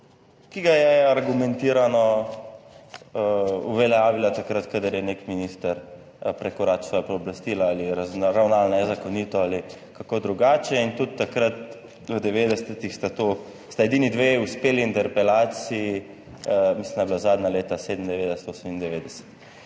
ki ga je argumentirano uveljavila takrat, kadar je nek minister prekoračil svoja pooblastila ali ravnal nezakonito ali kako drugače in tudi takrat v 90. sta, to sta edini dve uspeli interpelaciji, mislim, da je bila zadnja leta 1997, 1998.